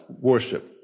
worship